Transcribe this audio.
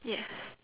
yes